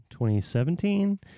2017